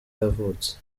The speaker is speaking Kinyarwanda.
yavutse